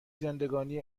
زندگانی